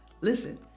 listen